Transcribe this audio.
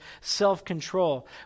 self-control